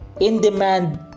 in-demand